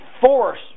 force